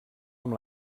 amb